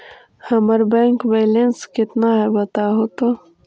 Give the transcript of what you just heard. हमर bank balance केतना है बताहु तो?